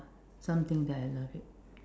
something that I love it